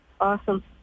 Awesome